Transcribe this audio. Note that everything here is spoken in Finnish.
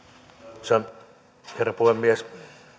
arvoisa herra puhemies